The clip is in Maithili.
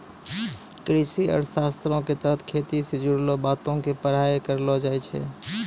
कृषि अर्थशास्त्रो के तहत खेती से जुड़लो बातो के पढ़ाई करलो जाय छै